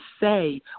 say